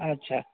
अच्छा